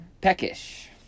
Peckish